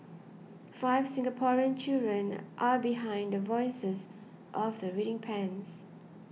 five Singaporean children are behind the voices of the reading pens